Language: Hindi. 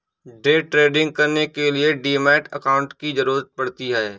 डे ट्रेडिंग करने के लिए डीमैट अकांउट की जरूरत पड़ती है